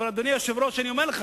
אדוני היושב-ראש, אני אומר לך